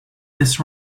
this